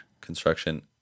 construction